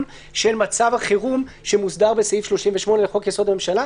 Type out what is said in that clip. של מצב החירום שמוסדר בסעיף 38 לחוק יסוד: הממשלה.